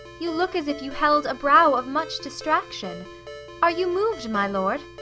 you look as if you held a brow of much distraction are you mov'd, my lord?